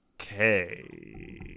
Okay